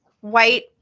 White